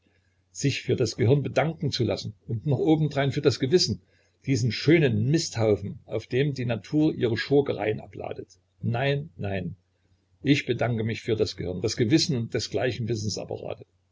sich für das gehirn bedanken zu lassen und noch obendrein für das gewissen diesen schönen misthaufen auf dem die natur ihre schurkereien abladet nein nein ich bedanke mich für das gehirn das gewissen und dergleichen wissensapparate